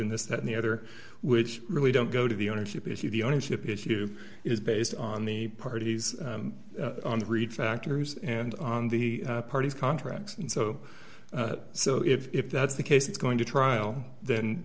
in this that and the other which really don't go to the ownership issue the ownership issue is based on the parties read factors and on the parties contracts and so so if that's the case it's going to trial then